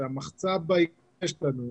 את המחצב שיש לנו,